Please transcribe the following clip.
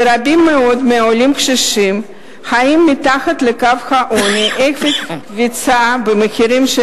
שרבים מאוד מהעולים הקשישים חיים מתחת לקו העוני עקב הקפיצה במחירים של